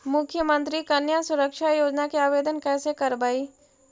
मुख्यमंत्री कन्या सुरक्षा योजना के आवेदन कैसे करबइ?